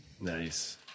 Nice